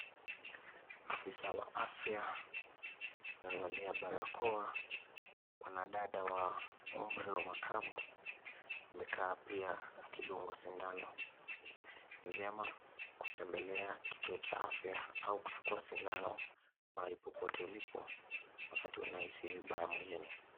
Afisa wa afya amevalia barakoa. Mwanadada wa umri wa makamo amekaa pia akidungwa sindano. Ni vyema kutembelea kituo cha afya au kuchukua sindano mahali popote ulipo, wakati unahisi vibaya mwilini.